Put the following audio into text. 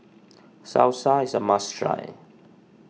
Salsa is a must try